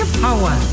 power